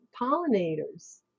pollinators